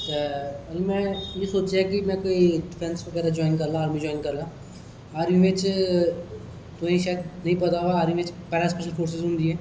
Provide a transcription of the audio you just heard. ते उंदू में एह् सोचेआ कि में कोई डिफैसं बगैरा जाइन करी लेआ आर्मी बगैरा जाइन करी लेआ आर्मी च तुसें गी शायद नेई पता आर्मी च पेरा फोर्सिस होंदी ऐ